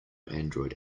android